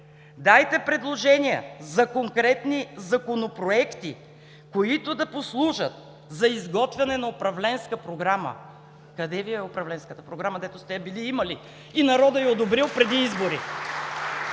„Дайте предложения за конкретни законопроекти, които да послужат за изготвяне на управленска програма.“ Къде Ви е управленската програма, дето се я били имали, и народът я е одобрил преди изборите?!